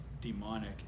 demonic